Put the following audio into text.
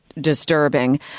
disturbing